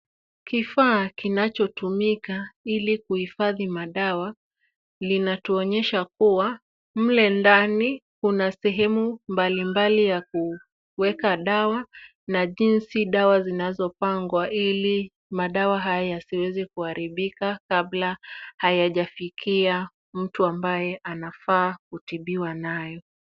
Kifaa kinachotumika ili kuhifadhi madawa, kinatuonyesha kuwa mle ndani kuna sehemu mbalimbali ya kuweka dawa na jinsi dawa zinavyopangwa ili madawa haya yaziweze kuharibika kabla hayajajafikia mtu ambaye anafaa kutibiwa nayo.